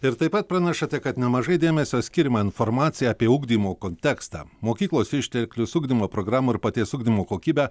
ir taip pat pranešate kad nemažai dėmesio skiriama informacijai apie ugdymo kontekstą mokyklos išteklius ugdymo programų ir paties ugdymo kokybę